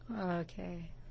Okay